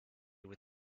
with